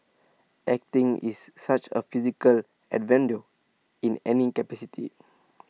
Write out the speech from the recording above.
acting is such A physical in any capacity